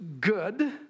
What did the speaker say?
good